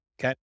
Okay